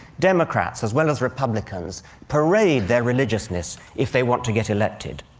democrats as well as republicans parade their religiousness if they want to get elected.